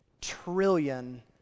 trillion